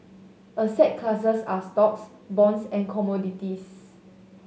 asset classes are stocks bonds and commodities